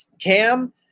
Cam